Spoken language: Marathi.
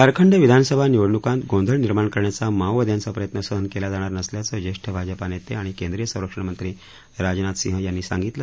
झारखंड विधानसभा निवडणूकात गोंधळ निर्माण करण्याचा माओवाद्यांचा प्रयत्न सहन केला जणार नसल्याचं ज्येष्ठ भाजपा नेते आणि केंद्रीय संरक्षण मंत्री राजनाथ सिंह यांनी सांगितलं